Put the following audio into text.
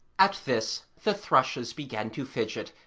at this the thrushes began to fidget,